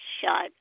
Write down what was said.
shot